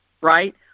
right